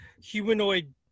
humanoid